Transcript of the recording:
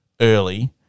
Early